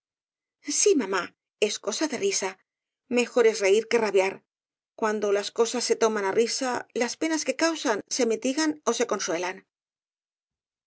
í mamá es cosa de risa mejor es reir que rabiar cuando las cosas se toman á risa las penas que causan se mitigan ó se consuelan